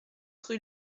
rue